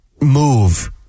move